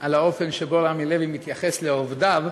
על האופן שבו רמי לוי מתייחס לעובדיו,